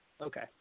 Okay